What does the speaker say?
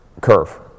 curve